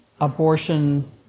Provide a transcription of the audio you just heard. abortion-